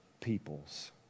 people's